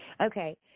Okay